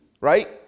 right